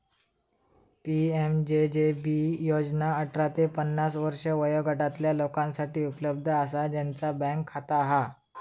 PMJJB योजना अठरा ते पन्नास वर्षे वयोगटातला लोकांसाठी उपलब्ध असा ज्यांचा बँक खाता हा